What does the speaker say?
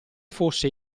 fosse